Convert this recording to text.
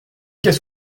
qu’est